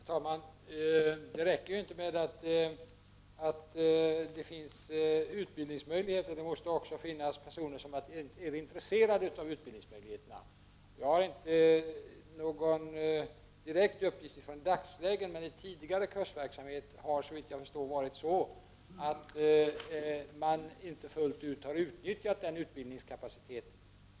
Herr talman! Det räcker inte med att det finns utbildningsmöjligheter. Det måste också finnas personer som är intresserade av att utnyttja utbildningsmöjligheterna. Jag har inte någon direkt uppgift om dagsläget, men vid tidigare kursverksamhet har det såvitt jag vet varit så att mari på sina håll inte fullt ut har utnyttjat tillgänglig utbildningskapacitet.